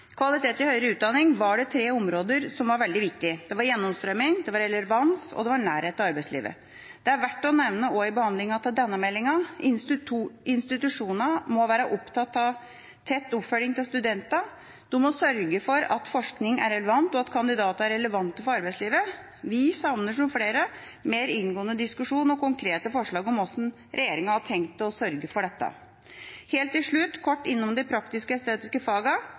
kvalitet i høyere utdanning var det tre områder som var veldig viktige. Det var gjennomstrømming, relevans og nærhet til arbeidslivet. Det er verdt å nevne også i behandlingen av denne meldinga at institusjonene må være opptatt av tett oppfølging av studentene. De må sørge for at forskningen er relevant, og at kandidatene er relevante for arbeidslivet. Vi savner, som flere, mer inngående diskusjon og konkrete forslag om hvordan regjeringen har tenkt å sørge for dette. Helt til slutt: kort innom de praktisk-estetiske fagene. Det er synd at meldinga ikke tar opp i seg disse fagene, da flere av de praktiske